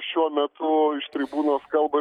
šiuo metu iš tribūnos kalba